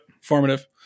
formative